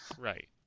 right